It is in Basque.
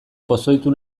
pozoitu